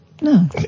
No